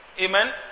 Amen